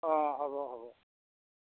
অঁ হ'ব হ'ব